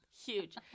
huge